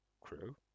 crew